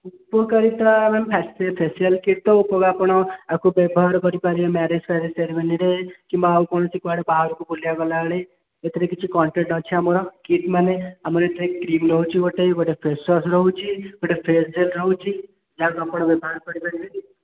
ଉପକାରିତା ma'am facial kit ତ ଆପଣ ଏହାକୁ ବ୍ୟବହାର କରିପାରିବେ ମ୍ୟାରେଜ୍ ଫ୍ୟାରେଜ୍ ସେରିମନିରେ କିମ୍ବା ଆଉ କୌଣସି କୁଆଡେ ବାହାରକୁ ବୁଲିବାକୁ ଗଲାବେଳେ ଏଥିରେ କିଛି କନ୍ଟେଣ୍ଟ୍ ଅଛି ଆମର କିଟ୍ ମାନେ ଆମର ଏଥିରେ କ୍ରିମ୍ ଦେଉଛି ଗୋଟେ ଫେସ୍ ୱାସ୍ ରହୁଛି ଗୋଟେ ଫେସ୍ ଜେଲ୍ ରହୁଛି ଯାହାକୁ ଆପଣ ବ୍ୟବହାର କରିପାରିବେ